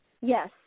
yes